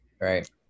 Right